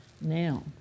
Now